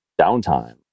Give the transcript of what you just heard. downtime